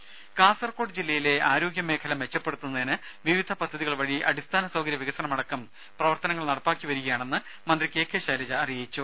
രുമ കാസർകോട് ജില്ലയിലെ ആരോഗ്യമേഖല മെച്ചപ്പെടുത്തുന്നതിന് വിവിധ പദ്ധതികൾ വഴി അടിസ്ഥാന സൌകര്യ വികസനമടക്കം പ്രവർത്തനങ്ങൾ നടപ്പാക്കി വരികയാണെന്ന് മന്ത്രി കെ കെ ശൈലജ പറഞ്ഞു